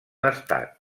estat